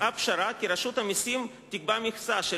הוצעה פשרה כי רשות המסים תקבע מכסה של